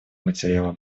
материала